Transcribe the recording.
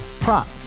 Prop